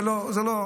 זה לא.